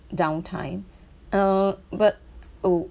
downtime uh but oh